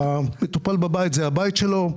המטופל בבית זה הבית שלו,